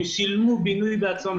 הם שילמו בינוי בעצמם.